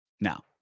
Now